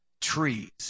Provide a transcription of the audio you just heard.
trees